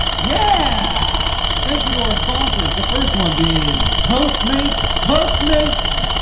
yeah. thank you to our sponsors, the first one being postmates. postmates.